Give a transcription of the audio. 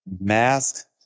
mask